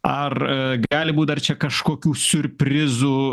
ar gali būt dar čia kažkokių siurprizų